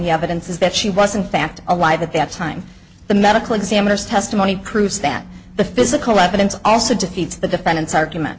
the evidence is that she was in fact alive at that time the medical examiner's testimony proves that the physical evidence also defeats the defendant's argument